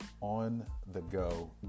on-the-go